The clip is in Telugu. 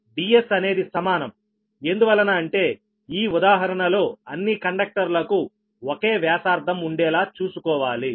Ds అనేది సమానంఎందువలన అంటే ఈ ఉదాహరణలో అన్ని కండక్టర్లకు ఒకే వ్యాసార్థం ఉండేలా చూసుకోవాలి